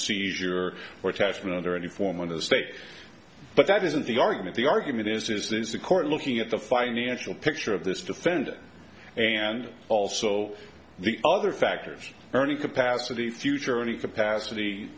seizure or attachment under any form of the state but that isn't the argument the argument is is this a court looking at the financial picture of this defendant and also the other factors earning capacity future any capacity